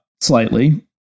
slightly